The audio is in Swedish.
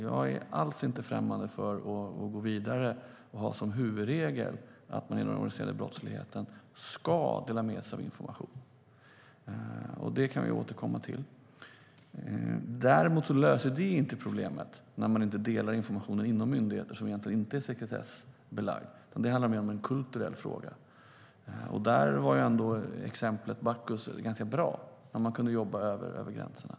Jag är alls inte främmande för att gå vidare och ha som huvudregel att man, då det gäller den organiserade brottsligheten, ska dela med sig av information. Det kan vi återkomma till. Det löser emellertid inte problemet när man inom myndigheter inte delar den information som egentligen inte är sekretessbelagd. Det är mer en kulturell fråga. Där är exemplet med Operation Bacchus ganska bra eftersom man kunde jobba över gränserna.